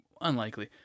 unlikely